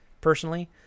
personally